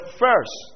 first